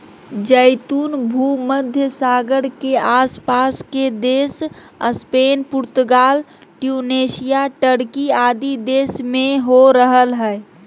जैतून भूमध्य सागर के आस पास के देश स्पेन, पुर्तगाल, ट्यूनेशिया, टर्की आदि देश में हो रहल हई